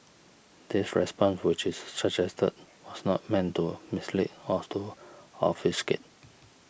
this response which is suggested was not meant to mislead or to obfuscate